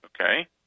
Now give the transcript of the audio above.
Okay